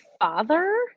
father